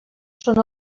són